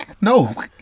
No